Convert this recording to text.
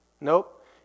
Nope